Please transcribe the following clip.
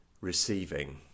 receiving